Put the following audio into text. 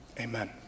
Amen